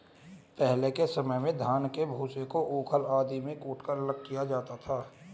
पहले के समय में धान के भूसे को ऊखल आदि में कूटकर अलग किया जाता था